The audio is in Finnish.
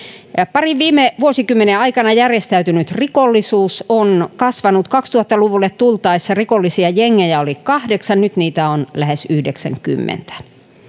parin viime vuosikymmenen aikana järjestäytynyt rikollisuus on kasvanut kaksituhatta luvulle tultaessa rikollisia jengejä oli kahdeksan ja nyt niitä on lähes yhdeksänkymmentä